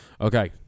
Okay